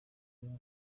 amaze